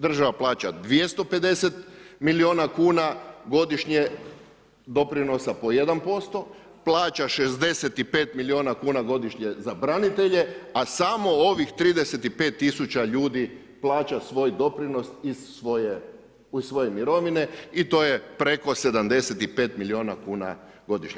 Država plaća 250 milijuna kuna godišnje doprinosa po 1%, plaća 65 milijuna kuna godišnje za branitelje, a samo ovih 35 000 ljudi plaća svoj doprinos u svoje mirovine i to je preko 75 milijuna kuna godišnje.